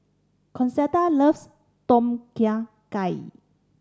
Concetta loves Tom Kha Gai